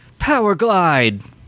Powerglide